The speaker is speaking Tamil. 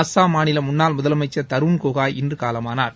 அஸ்ஸாம் மாநில முன்னாள் முதலமைச்சர் தருண் கோகோய் இன்று காலமானார்